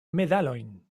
medalojn